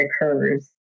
occurs